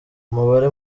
umubare